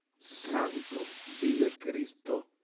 sound to be the case to